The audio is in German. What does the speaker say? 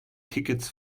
tickets